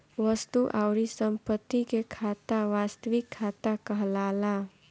वस्तु अउरी संपत्ति के खाता वास्तविक खाता कहलाला